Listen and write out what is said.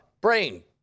brain